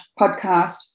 podcast